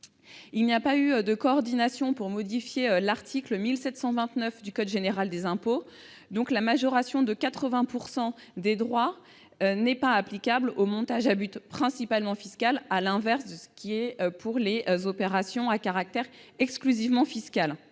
Il n'y a pas eu de coordination pour modifier l'article 1729 du code général des impôts : la majoration de 80 % des droits n'est pas applicable au montage à but principalement fiscal, à l'inverse de ce qui est prévu pour les opérations à caractère exclusivement fiscal.